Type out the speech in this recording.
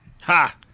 Ha